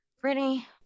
Brittany